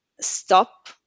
stop